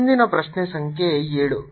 ಮುಂದಿನ ಪ್ರಶ್ನೆ ಸಂಖ್ಯೆ 7